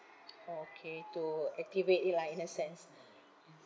okay to activate it lah in a sense